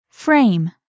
frame